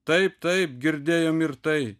taip taip girdėjom ir tai